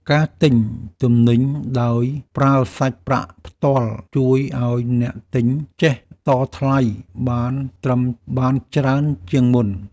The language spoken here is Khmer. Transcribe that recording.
ការទិញទំនិញដោយប្រើសាច់ប្រាក់ផ្ទាល់ ជួយឱ្យអ្នកទិញចេះតថ្លៃបានច្រើនជាងមុន។